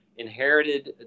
Inherited